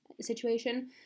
situation